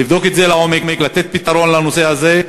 לבדוק את זה לעומק, לתת פתרון לנושא הזה,